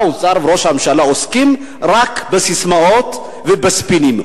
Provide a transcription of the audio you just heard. האוצר וראש הממשלה עוסקים רק בססמאות ובספינים?